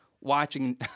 watching